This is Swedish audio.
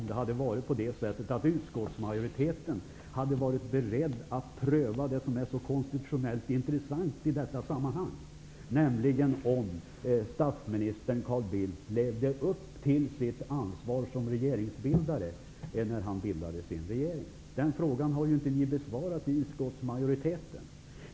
Det är möjligt att vi hade kunnat bli eniga om utskottsmajoriteten hade varit beredd att pröva det som är konstitutionellt intressant i detta sammanhang, nämligen om statsminister Carl Bildt när han bildade sin regering hade levt upp till sitt ansvar som regeringsbildare. Den frågan har inte blivit besvarad av utskottsmajoriteten.